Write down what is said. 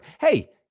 Hey